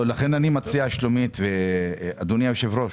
לכן אני מציע, שלומית ואדוני היושב ראש,